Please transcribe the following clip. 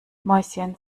mäuschen